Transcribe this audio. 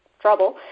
trouble